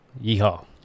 Yeehaw